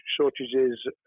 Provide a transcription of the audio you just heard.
shortages